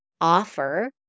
offer